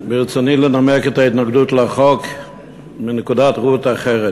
ברצוני לנמק את ההתנגדות לחוק מנקודת ראות אחרת.